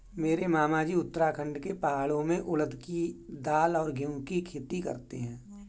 मेरे मामाजी उत्तराखंड के पहाड़ों में उड़द के दाल और गेहूं की खेती करते हैं